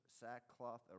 sackcloth